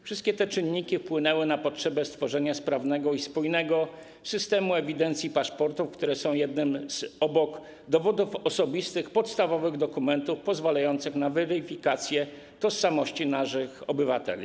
Wszystkie te czynniki wpłynęły na potrzebę stworzenia sprawnego i spójnego systemu ewidencji paszportów, które obok dowodów osobistych są jednymi z podstawowych dokumentów pozwalających na weryfikację tożsamości naszych obywateli.